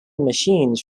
machines